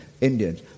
Indians